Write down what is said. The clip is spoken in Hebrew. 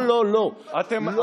לא, לא, לא.